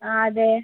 ആ അതെ